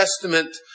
Testament